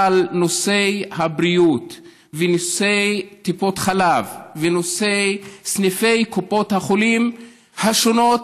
אבל נושא הבריאות ונושא טיפות חלב ונושא סניפי קופות החולים השונות,